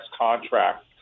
contract